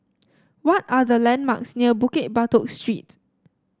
what are the landmarks near Bukit Batok Street